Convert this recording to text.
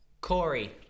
Corey